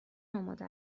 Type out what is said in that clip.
آماده